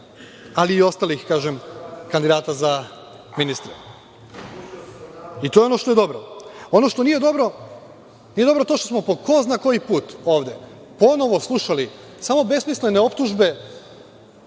ali i ostalih, kažem, kandidata za ministre. To je ono što je dobro. Ono što nije dobro, nije dobro to što smo po ko zna koji put ovde ponovo slušali samo besmislene optužbe,